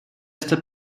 esta